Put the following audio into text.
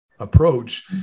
approach